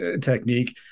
technique